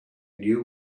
knew